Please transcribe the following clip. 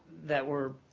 that were,